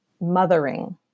mothering